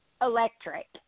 Electric